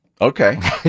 Okay